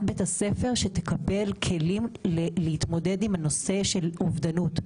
בית הספר שתקבל כלים להתמודד עם הנושא של אובדנות.